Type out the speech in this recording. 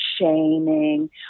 shaming